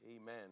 Amen